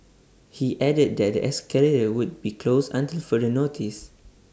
he added that escalator would be closed until further notice